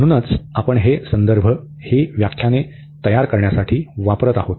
म्हणूनच आपण हे संदर्भ ही व्याख्याने तयार करण्यासाठी वापरत आहोत